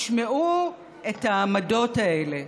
ישמעו את העמדות האלה.